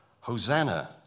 Hosanna